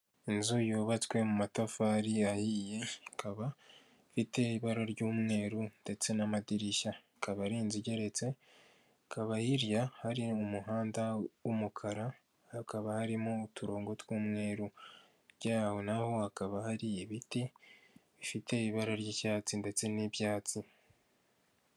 Inzu yubatswe mu matafari ahiye ikaba ifite ibara ry'umweru ndetse n'amadirishya, akaba ari inzu igeretse ikaba hirya hari umuhanda w'umukara, hakaba harimo n'uturongo tw'umweru. Hirya yaho naho hakaba hari ibiti bifite ibara ry'icyatsi ndetse n'ibyatsi.